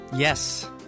Yes